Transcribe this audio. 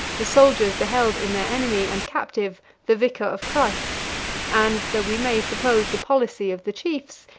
the soldiers beheld in their enemy and captive the vicar of christ and, though we may suppose the policy of the chiefs,